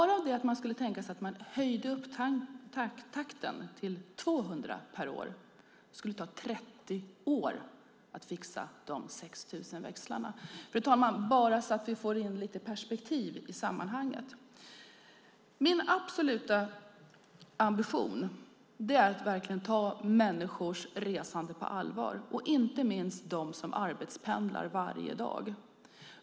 Om man skulle tänka att man ökade takten till 200 per år skulle det ta 30 år att fixa dessa 6 000 växlar. Jag vill bara se till att vi får in lite perspektiv i sammanhanget, fru talman. Min absoluta ambition är att verkligen ta människors resande på allvar, inte minst de som arbetspendlar varje dag.